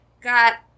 got